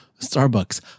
Starbucks